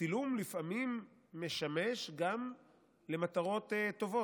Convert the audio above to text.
הצילום לפעמים משמש גם למטרות טובות.